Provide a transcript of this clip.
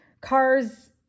cars